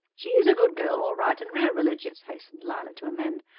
she is a good girl all right and real religious, hastened lila to amend.